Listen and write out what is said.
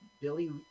Billy